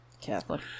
catholic